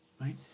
right